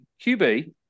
QB